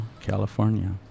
california